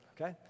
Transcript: Okay